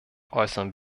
äußern